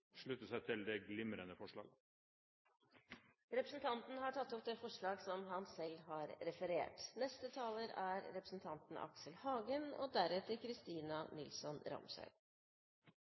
slutte seg til det glimrende forslaget. Representanten Øyvind Korsberg har tatt opp det forslaget han